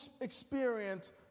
experience